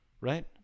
right